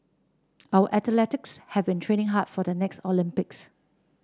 our athletes have been training hard for the next Olympics